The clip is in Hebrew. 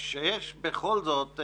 בכל זאת,